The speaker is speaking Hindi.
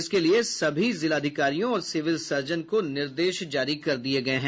इसके लिए सभी जिलाधिकारियों और सिविल सर्जन को निर्देश जारी कर दिये गये हैं